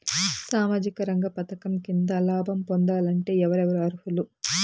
సామాజిక రంగ పథకం కింద లాభం పొందాలంటే ఎవరెవరు అర్హులు?